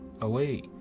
away